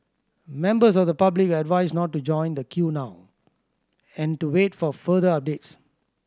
members of the public are advised not to join the queue now and to wait for further updates